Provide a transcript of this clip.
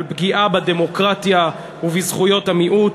על פגיעה בדמוקרטיה ובזכויות המיעוט,